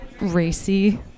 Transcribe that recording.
racy